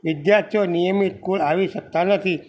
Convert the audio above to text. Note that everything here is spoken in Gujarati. વિદ્યાર્થીઓ નિયમિત સ્કૂલ આવી શકતા નથી